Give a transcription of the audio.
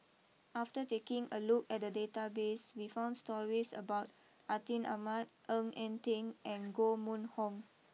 after taking a look at the database we found stories about Atin Amat Ng Eng Teng and Koh Mun Hong